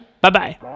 Bye-bye